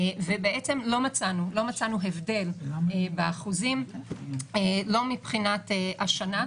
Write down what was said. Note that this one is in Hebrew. לא מצאנו הבדל באחוזים לא מבחינת השנה,